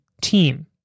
team